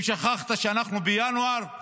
אם שכחת שאנחנו בינואר,